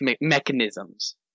mechanisms